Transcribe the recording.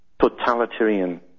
totalitarian